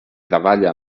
davalla